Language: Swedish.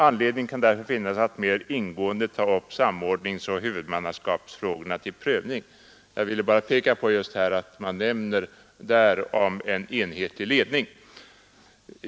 Anledning kan därför finnas att mer ingående ta upp samordningsoch huvudmannaskapsfrågorna till prövning.” Jag vill särskilt peka på att man där omnämner en enhetlig ledning.